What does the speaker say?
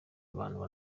abantu